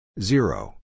Zero